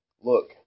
Look